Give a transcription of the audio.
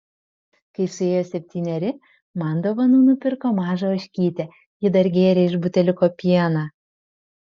kai suėjo septyneri man dovanų nupirko mažą ožkytę ji dar gėrė iš buteliuko pieną